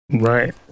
Right